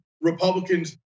Republicans